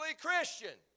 Christian